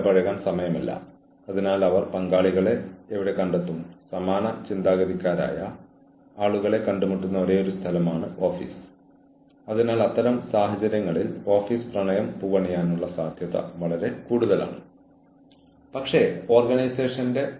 കൂടാതെ മോശം പ്രകടനം കാരണം അധാർമ്മികവും നിയമവിരുദ്ധവുമായ പെരുമാറ്റം വിവിധ കാര്യങ്ങൾ എന്നിവ കാരണം ആരെയെങ്കിലും പിരിച്ചുവിടാൻ നമ്മൾ ആഗ്രഹിക്കുന്നുവെങ്കിൽ നമുക്ക് പിന്നോട്ട് പോകാവുന്ന ചില ഡോക്യുമെന്റേഷൻ ഉണ്ട്